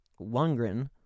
Lundgren